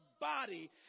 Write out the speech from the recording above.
body